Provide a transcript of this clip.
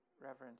reverence